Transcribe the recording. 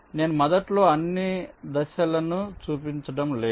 నేను మొదట్లో అన్ని దశలను చూపించడం లేదు